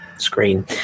screen